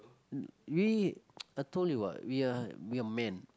me I told you what we are we are men